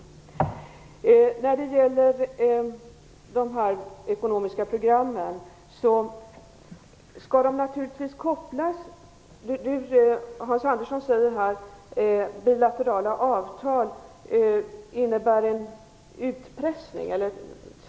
Hans Andersson säger att de ekonomiska programmen tillsammans med bilaterala avtal innebär en utpressning.